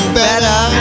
better